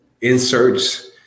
inserts